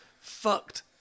fucked